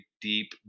deep